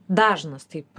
dažnas taip